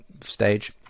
stage